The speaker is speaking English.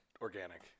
organic